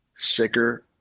Sicker